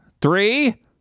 Three